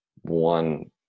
one